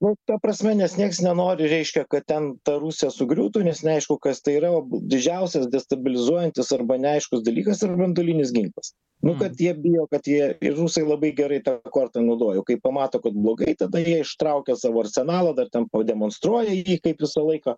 nu ta prasme nes nieks nenori reiškia kad ten ta rusija sugriūtų nes neaišku kas tai yra didžiausias destabilizuojantis arba neaiškus dalykas yra branduolinis ginklas nu kad jie bijo kad jie ir rusai labai gerai tą kortą naudoja o kai pamato kad blogai tada jie ištraukia savo arsenalą dar ten demonstruoja jį kaip visą laiką